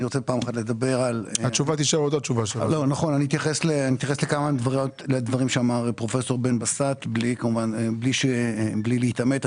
אני אתייחס לדברים שאמר פרופסור בן בסט בלי להתעמת.